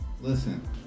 Listen